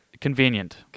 convenient